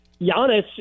Giannis